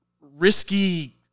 risky